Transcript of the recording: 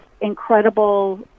incredible